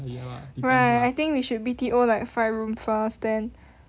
right I think we should B_T_O like five room first then